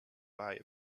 buy